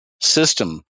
system